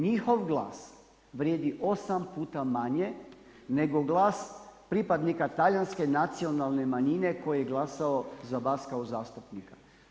Njihov glas vrijedi 8x manje nego glas pripadnika talijanske nacionalne manjine koji je glasao za vas kao zastupnika.